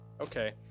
Okay